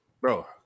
Bro